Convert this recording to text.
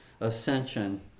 ascension